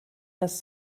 das